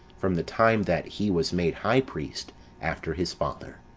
from the time that he was made high priest after his father.